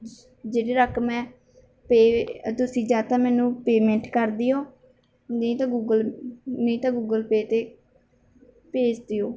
ਜਿਹੜੀ ਰਕਮ ਮੈਂ ਪੇ ਤੁਸੀਂ ਜਾਂ ਤਾਂ ਮੈਨੂੰ ਪੇਮੈਂਟ ਕਰ ਦਿਓ ਨਹੀਂ ਤਾਂ ਗੂਗਲ ਨਹੀਂ ਤਾਂ ਗੂਗਲ ਪੇ 'ਤੇ ਭੇਜ ਦਿਓ